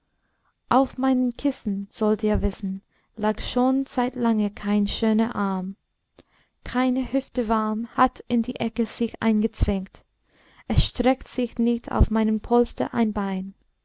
auf meinen kissen sollt ihr wissen lag schon seit lange kein schöner arm keine hüfte warm hat in die ecke sich eingezwängt es streckt sich nicht auf meinen polster ein bein